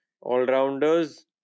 All-rounders